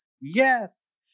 Yes